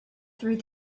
through